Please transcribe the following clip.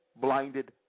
blinded